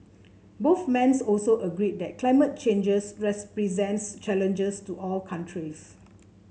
both men's also agreed that climate change presents challenges to all countries